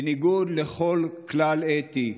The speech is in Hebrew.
בניגוד לכל כלל אתי,